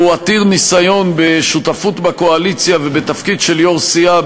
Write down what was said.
שהוא עתיר ניסיון בשותפות בקואליציה ובתפקיד של יושב-ראש סיעה,